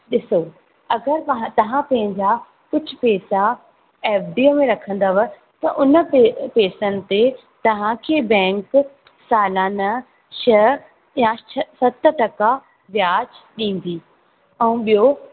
ॾिसो अगरि तव्हां पंहिंजा कुझु पैसा एफडीअ में रखंदव त हुन पे पैसनि ते तव्हांखे बैंक सालाना छह या सत टका व्याज ॾींदी ऐं ॿियों